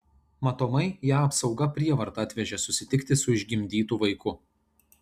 matomai ją apsauga prievarta atvežė susitikti su išgimdytu vaiku